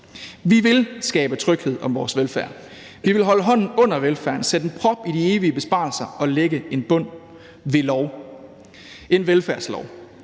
Vi vil skabe tryghed om vores velfærd. Vi vil holde hånden under velfærden, sætte en prop i de evige besparelser og lægge en bund ved lov – en velfærdslov.